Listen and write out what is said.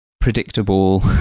predictable